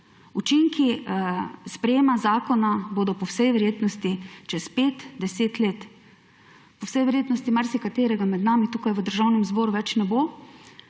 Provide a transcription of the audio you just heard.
Učinki sprejetja zakona bodo po vsej verjetnosti čez 5, 10 let. Po vsej verjetnosti marsikaterega med nami tukaj v Državnem zboru več ne bo,